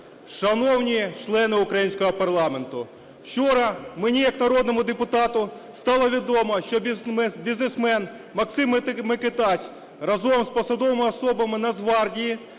шановні члени українського парламенту, вчора мені як народному депутату стало відомо, що бізнесмен Максим Микитась разом з посадовими особами Нацгвардії